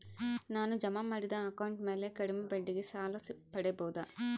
ನಾನು ಜಮಾ ಮಾಡಿದ ಅಕೌಂಟ್ ಮ್ಯಾಲೆ ಕಡಿಮೆ ಬಡ್ಡಿಗೆ ಸಾಲ ಪಡೇಬೋದಾ?